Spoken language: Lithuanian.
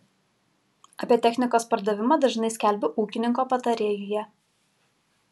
apie technikos pardavimą dažnai skelbiu ūkininko patarėjuje